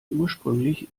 ursprünglich